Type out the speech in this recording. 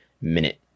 minute